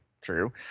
true